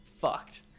fucked